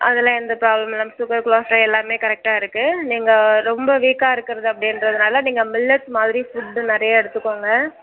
அதெல்லாம் எந்த ப்ராப்ளமும் இல்லை மேம் சுகர் கொலஸ்ட்ரால் எல்லாமே கரெக்டாக இருக்குது நீங்கள் ரொம்ப வீக்காக இருக்கிறது அப்டின்றதனால் நீங்கள் மில்லட்ஸ் மாதிரி ஃபுட் நிறைய எடுத்துக்கோங்க